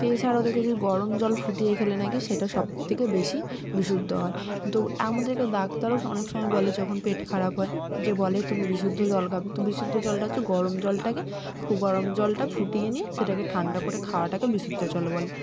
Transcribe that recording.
তো এছাড়াও দেখেছি গরম জল ফুটিয়ে খেলে না কি সেটা সবথেকে বেশি বিশুদ্ধ হয় কিন্তু আমাদেরকে ডাক্তারও অনেক সময় বলে যখন পেট খারাপ হয় যে বলে তুমি বিশুদ্ধ জল খাবে তো বিশুদ্ধ জলটা হচ্ছে গরম জলটাকে ফু গরম জলটা ফুটিয়ে নিয়ে সেটাকে ঠান্ডা করে খাওয়াটাকে বিশুদ্ধ জল বলে